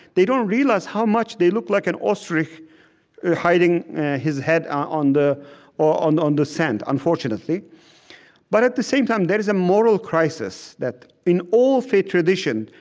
they don't realize how much they look like an ostrich hiding his head on the and sand, unfortunately but at the same time, there is a moral crisis that in all faith traditions,